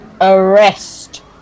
Arrest